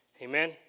Amen